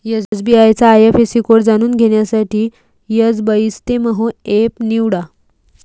SBI चा IFSC code जाणून घेण्यासाठी एसबइस्तेमहो एप निवडा